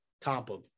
Tampa